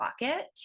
pocket